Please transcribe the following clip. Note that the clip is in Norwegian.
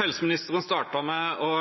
Helseministeren startet med å